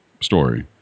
story